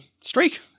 streak